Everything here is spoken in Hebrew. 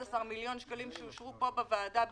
מיליון שקלים שאושרו פה בוועדה בפברואר,